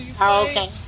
Okay